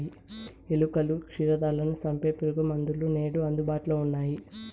ఎలుకలు, క్షీరదాలను సంపె పురుగుమందులు నేడు అందుబాటులో ఉన్నయ్యి